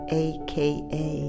aka